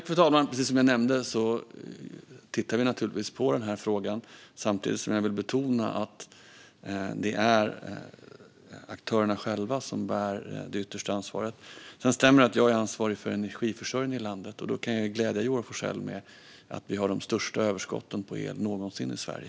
Fru talman! Precis som jag nämnde tittar vi naturligtvis på denna fråga. Samtidigt vill jag betona att det är aktörerna själva som bär det yttersta ansvaret. Det stämmer att det är jag som är ansvarig för energiförsörjningen i landet. Då kan jag glädja Joar Forssell med att vi har de största överskotten av el någonsin i Sverige.